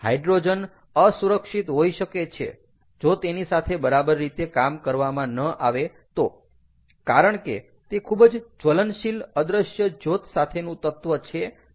hydrogen અસુરક્ષિત હોઈ શકે છે જો તેની સાથે બરાબર રીતે કામ કરવામાં ન આવે તો કારણ કે તે ખૂબ જ જ્વલનશીલ અદ્રશ્ય જ્યોત સાથેનું તત્ત્વ છે કે જેના વિશે આપણે વાત કરી